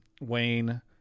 wayne